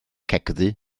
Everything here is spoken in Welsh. cegddu